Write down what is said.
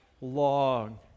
long